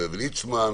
ליצמן,